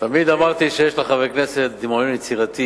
תמיד אמרתי שיש לחברי כנסת דמיון יצירתי